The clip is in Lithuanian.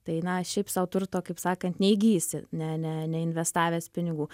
tai na šiaip sau turto kaip sakant neįgysi ne ne neinvestavęs pinigų